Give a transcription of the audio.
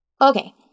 Okay